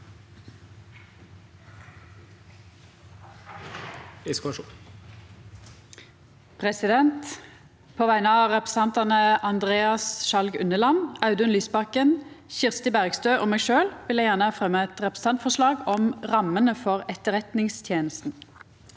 På vegner av repre- sentantane Andreas Sjalg Unneland, Audun Lysbakken, Kirsti Bergstø og meg sjølv vil eg gjerne fremja eit representantforslag om rammene for Etterretningstenesta.